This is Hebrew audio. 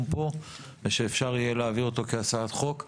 פה ושאפשר יהיה להעביר אותו כהצעת חוק.